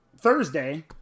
Thursday